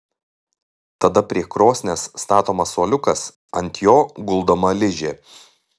tada prie krosnies statomas suoliukas ant jo guldoma ližė